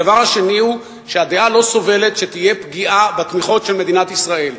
הדבר השני הוא שהדעת לא סובלת שתהיה פגיעה בתמיכות של מדינת ישראל,